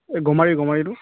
এই গমাৰি গমাৰিটো